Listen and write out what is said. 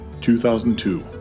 2002